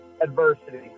Adversity